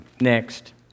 Next